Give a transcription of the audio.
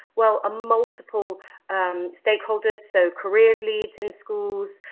well a multiple stakeholders, so careers leads in schools,